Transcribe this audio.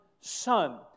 Son